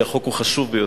כי החוק הוא חשוב ביותר.